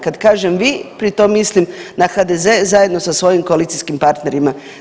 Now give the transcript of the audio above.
Kad kažem vi, pritom mislim na HDZ zajedno sa svojim koalicijskim partnerima.